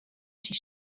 syn